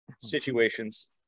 situations